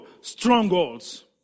strongholds